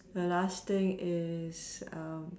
the last thing is